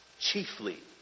Chiefly